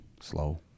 slow